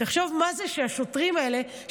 תחשוב מה זה שהשוטרים האלה,